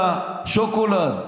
לחנות השוקולד.